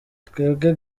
twebwe